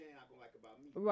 Right